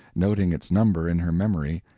noting its number in her memory,